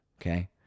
okay